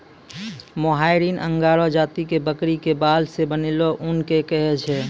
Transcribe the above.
मोहायिर angora जाति के बकरी के बाल सॅ बनलो ऊन कॅ कहै छै